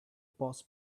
boss